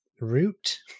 root